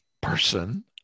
person